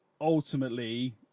ultimately